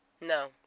No